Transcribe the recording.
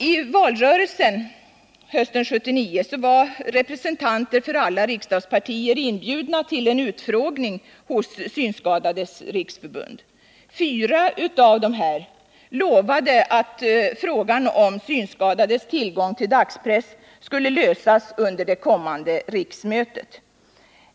I valrörelsen hösten 1979 var representanter för alla riksdagspartier inbjudna till en utfrågning hos Synskadades riksförbund. Fyra av dessa representanter lovade att frågan om synskadades tillgång till dagspress skulle lösas under det kommande riksmötet.